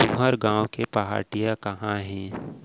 तुंहर गॉँव के पहाटिया कहॉं हे?